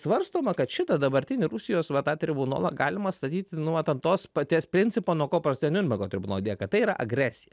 svarstoma kad šitą dabartinį rusijos va tą tribunolą galima statyti nu vat ant tos paties principo nuo ko prasidėjo niurnbergo tribunolo idėja kad tai yra agresija